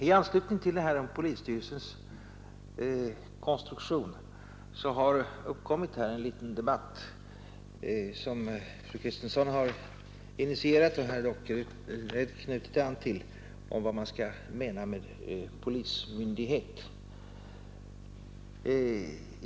I anslutning till frågan om polisstyrelsens konstruktion har det uppstått en liten debatt, som fru Kristensson initierat och herr Dockered knutit an till, om vad man skall mena med polismyndighet.